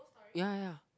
ya ya ya